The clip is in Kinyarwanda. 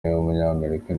w’umunyamerika